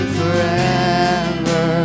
forever